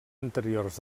anteriors